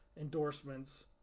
endorsements